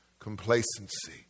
Complacency